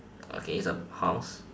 okay it's a house